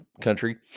country